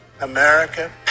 America